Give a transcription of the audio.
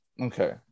Okay